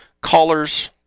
callers